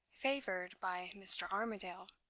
favored by mr. armadale.